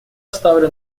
ставлю